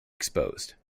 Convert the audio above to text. exposed